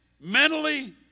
mentally